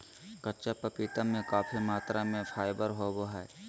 कच्चा पपीता में काफी मात्रा में फाइबर होबा हइ